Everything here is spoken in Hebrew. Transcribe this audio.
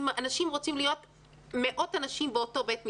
אם מאות אנשים רוצים להיות באותה בית מדרש,